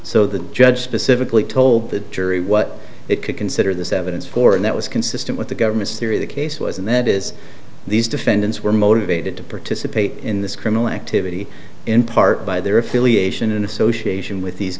so the judge specifically told the jury what it could consider this evidence for and that was consistent with the government's theory of the case was and that is these defendants were motivated to participate in this criminal activity in part by their affiliation in association with these